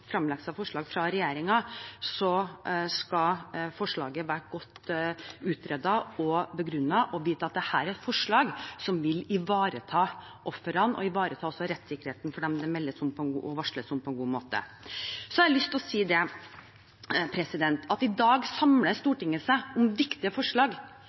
forslag fra regjeringen, så skal forslaget være godt utredet og begrunnet – vi må vite at dette er et forslag som vil ivareta ofrene og også ivareta rettssikkerheten for dem det meldes og varsles om, på en god måte. Så har jeg lyst til å si at i dag samler Stortinget seg om viktige forslag.